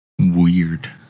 Weird